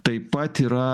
taip pat yra